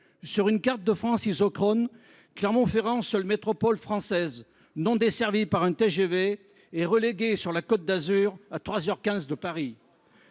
Sur une carte de France isochrone, Clermont Ferrand, seule métropole française non desservie par le TGV, est relégué au même rang que la Côte d’Azur, à trois heures